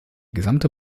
gesamte